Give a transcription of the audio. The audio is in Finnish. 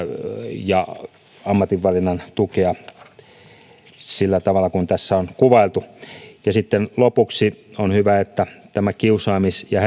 ja ammatinvalinnan tukea sillä tavalla kuin tässä on kuvailtu ja sitten lopuksi on hyvä että tämä kiusaamis ja